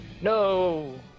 No